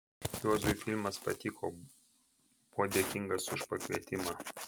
juozui filmas patiko buvo dėkingas už pakvietimą